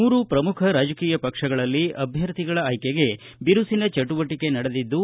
ಮೂರು ಪ್ರಮುಖ ರಾಜಕೀಯ ಪಕ್ಷಗಳಲ್ಲಿ ಅಭ್ವರ್ಥಿಗಳ ಆಯ್ಲೆಗೆ ಬಿರುಸಿನ ಚಟುವಟಕೆ ನಡೆದಿದ್ದು